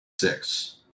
Six